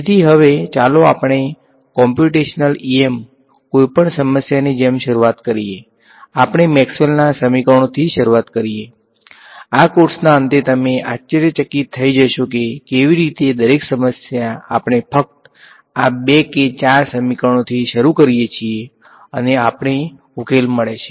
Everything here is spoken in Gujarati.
તેથી હવે ચાલો આપણે કોમ્પ્યુટેશનલ em કોઈપણ સમસ્યાની જેમ શરૂઆત કરીએ આપણે મેક્સવેલના સમીકરણોથી જ શરૂઆત કરીએ આ કોર્સના અંતે તમે આશ્ચર્યચકિત થઈ જશો કે કેવી રીતે દરેક સમસ્યા આપણે ફક્ત આ બે કે ચાર સમીકરણોથી શરૂ કરીએ છીએ અને આપણને ઉકેલ મળે છે